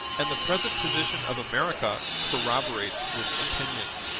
and the present position of america corroborates this opinion.